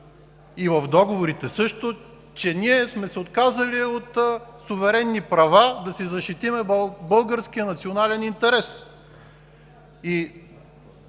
и в договорите също, че ние сме се отказали от суверенни права да си защитим българския национален интерес.